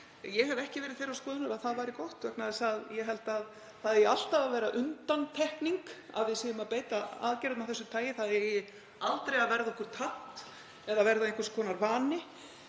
Ég hef ekki verið þeirrar skoðunar að það væri gott vegna þess að ég held að það eigi alltaf að vera undantekning að við séum að beita aðgerðum af þessu tagi, það eigi aldrei að verða okkur tamt eða verða einhvers konar vani.